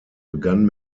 begann